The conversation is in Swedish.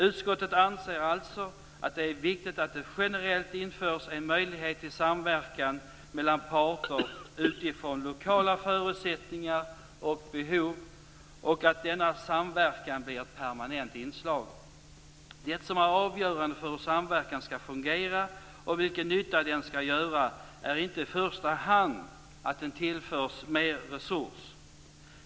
Utskottet anser alltså att det är viktigt att det generellt införs en möjlighet till samverkan mellan parter utifrån lokala förutsättningar och behov och att denna samverkan blir ett permanent inslag. Det som är avgörande för hur samverkan skall fungera och vilken nytta den skall göra är inte i första hand att den tillförs mer resurser.